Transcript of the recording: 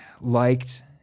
liked